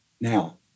now